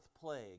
plague